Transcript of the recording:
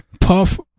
Puff